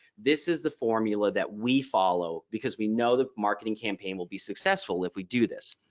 this is the formula that we follow because we know the marketing campaign will be successful if we do this.